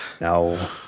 No